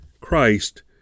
Christ